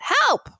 Help